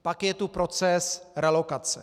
Pak je tu proces relokace.